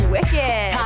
Wicked